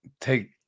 take